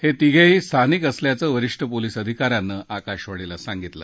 हे तिघंही स्थानिक असल्याचं वरिष्ठ पोलीस अधिका यांन आकाशवाणीला सांगितलं